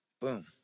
boom